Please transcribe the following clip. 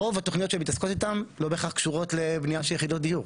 רוב התוכניות שמתעסקות איתם לא בהכרח קשורות לבנייה של יחידות דיור,